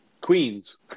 Queens